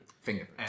Finger